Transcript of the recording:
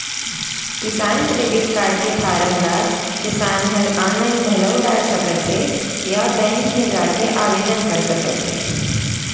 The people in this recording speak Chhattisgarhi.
किसान क्रेडिट कारड के फारम ल किसान ह आनलाइन घलौ डार सकत हें या बेंक म जाके आवेदन कर सकत हे